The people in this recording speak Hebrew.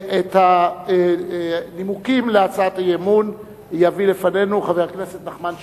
את הנימוקים להצעת האי-אמון יביא לפנינו חבר הכנסת נחמן שי.